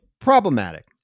problematic